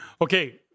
Okay